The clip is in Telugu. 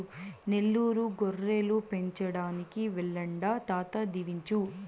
నెల్లూరు గొర్రెలు పెంచడానికి వెళ్తాండా తాత దీవించు